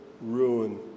ruin